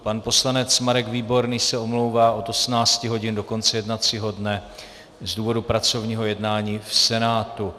Pan poslanec Marek Výborný se omlouvá od 18 hodin do konce jednacího dne z důvodu pracovního jednání v Senátu.